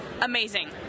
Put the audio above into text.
Amazing